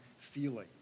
feeling